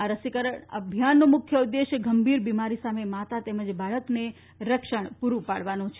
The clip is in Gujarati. આ રસીકરણ અભિયાનનો મુખ્ય ઉદ્દેશ ગંભીર બીમારી સામે માતા તેમજ બાળકને રક્ષણ પૂરું પાડવાનો છે